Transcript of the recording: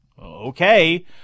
okay